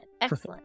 Excellent